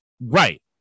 Right